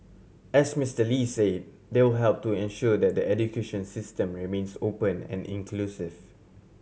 as Mister Lee say they will help to ensure that the education system remains open and inclusive